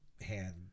hand